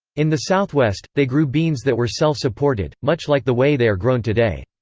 in the southwest, they grew beans that were self-supported, much like the way they are grown today.